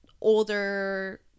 older